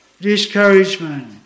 discouragement